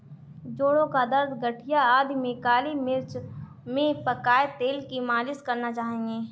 जोड़ों का दर्द, गठिया आदि में काली मिर्च में पकाए तेल की मालिश करना चाहिए